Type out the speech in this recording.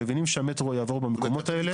מבינים שהמטרו יעבור במקומות האלה.